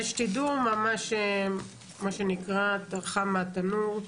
זה כדי שתדעו, מה שנקרא "חם מהתנור"